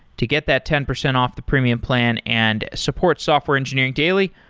to get that ten percent off the premium plan and support software engineering daily,